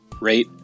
rate